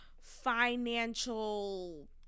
financial